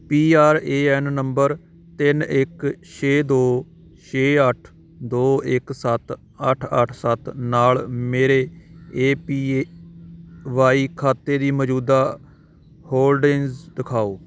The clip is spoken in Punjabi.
P R A N number ਤਿੰਨ ਇੱਕ ਛੇ ਦੋ ਛੇ ਅੱਠ ਦੋ ਇੱਕ ਸੱਤ ਅੱਠ ਅੱਠ ਸੱਤ ਨਾਲ ਮੇਰੇ ਏ ਪੀ ਏ ਵਾਈ ਖਾਤੇ ਦੀ ਮੌਜੂਦਾ ਹੋਲਡਿੰਗਜ਼ ਦਿਖਾਓ